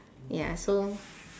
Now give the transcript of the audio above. ya so